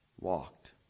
walked